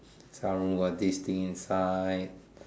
some room got this thing inside